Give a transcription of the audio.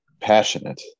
passionate